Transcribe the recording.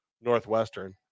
Northwestern